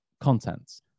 contents